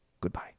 goodbye